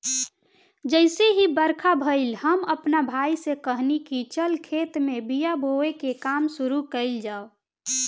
जइसे ही बरखा भईल, हम आपना भाई से कहनी की चल खेत में बिया बोवे के काम शुरू कईल जाव